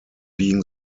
being